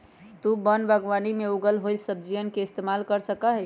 तु वन बागवानी में उगल होईल फलसब्जियन के इस्तेमाल कर सका हीं